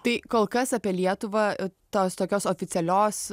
tai kol kas apie lietuvą tos tokios oficialios